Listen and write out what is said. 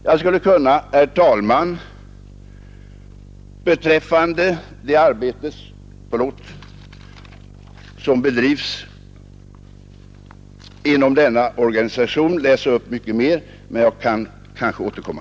Jag skulle, herr talman, beträffande det arbete som bedrivs inom denna organisation kunna läsa upp mycket mer, men jag kan kanske återkomma.